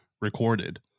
recorded